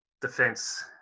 defense